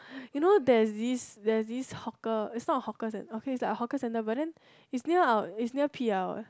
you know there's this there's this hawker it's not a hawker okay it's like a hawker centre but then it's near our it's near P_L eh